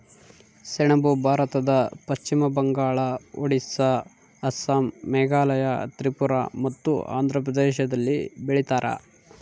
ಸೆಣಬು ಭಾರತದ ಪಶ್ಚಿಮ ಬಂಗಾಳ ಒಡಿಸ್ಸಾ ಅಸ್ಸಾಂ ಮೇಘಾಲಯ ತ್ರಿಪುರ ಮತ್ತು ಆಂಧ್ರ ಪ್ರದೇಶದಲ್ಲಿ ಬೆಳೀತಾರ